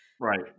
Right